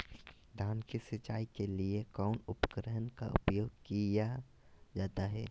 धान की सिंचाई के लिए कौन उपकरण का उपयोग किया जाता है?